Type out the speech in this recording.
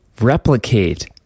replicate